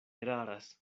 eraras